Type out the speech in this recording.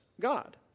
God